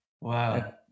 Wow